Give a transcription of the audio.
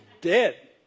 dead